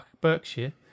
Berkshire